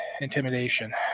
Intimidation